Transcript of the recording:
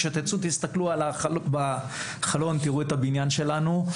כשתצאו תסתכלו בחלון ותראו את הבניין שלנו.